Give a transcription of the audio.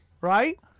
right